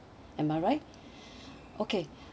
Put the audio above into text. am I right okay